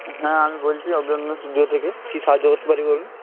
হ্যাঁ আমি বলছি অভিনন্দন স্টুডিও থেকে কী সাহায্য করতে পারি বলুন